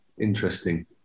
interesting